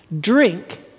drink